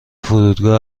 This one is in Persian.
فرودگاه